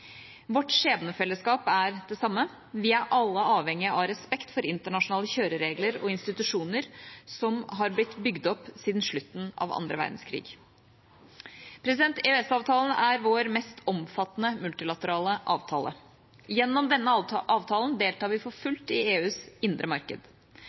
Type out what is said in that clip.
Vårt skjebnefellesskap er det samme: Vi er alle avhengig av respekt for internasjonale kjøreregler og institusjoner som har blitt bygd opp siden slutten av annen verdenskrig. EØS-avtalen er vår mest omfattende multilaterale avtale. Gjennom denne avtalen deltar vi for